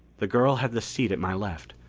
the girl had the seat at my left,